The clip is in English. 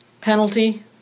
Penalty